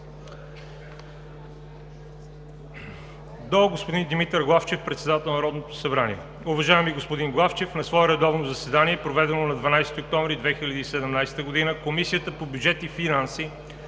До господин Димитър Главчев – председател на Народното събрание: „Уважаеми господин Главчев, на свое редовно заседание, проведено на 12 октомври 2017 г., Комисията по бюджет и финанси